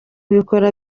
ibikora